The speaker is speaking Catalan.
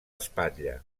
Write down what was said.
espatlla